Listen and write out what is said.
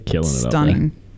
stunning